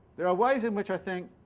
there are ways in which, i think,